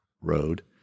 road